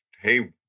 Hey